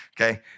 okay